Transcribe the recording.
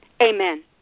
Amen